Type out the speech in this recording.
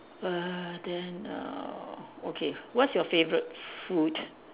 uh then err okay what's your favourite food